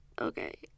okay